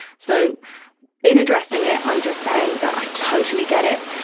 so in addressing it, i'm just saying that i totally get it.